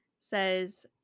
says